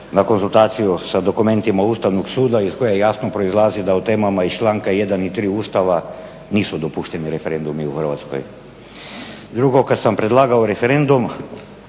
na konzultaciju sa dokumentima Ustavnog suda iz koje jasno proizlazi da o temama iz članka 1. i 3. Ustava nisu dopušteni referendumi u Hrvatskoj. Drugo, kada sam predlagao referendum,